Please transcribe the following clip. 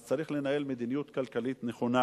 אז צריך לנהל מדיניות כלכלית נכונה.